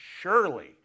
surely